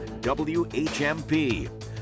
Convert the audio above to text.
WHMP